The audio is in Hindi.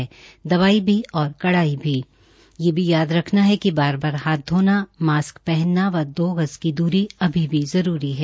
दवाई भी और कड़ाई भी यह भी याद रखना है कि बार बार हाथ धोना मास्क पहनना व दो गज की दुरी अभी भी जरूरी है